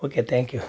okay thank you